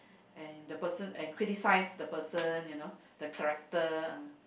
and the person and critize the person you know the character